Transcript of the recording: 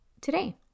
today